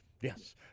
Yes